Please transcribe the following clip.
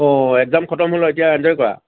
অ exam খতম হ'ল এতিয়া এঞ্জয় কৰা